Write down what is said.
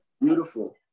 Beautiful